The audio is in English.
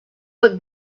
look